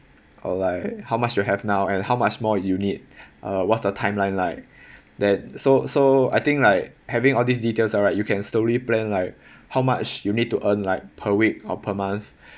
or like how much you have now and how much more you need uh what's the timeline like that so so I think like having all these details alright you can slowly plan like how much you need to earn like per week or per month